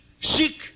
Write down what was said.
seek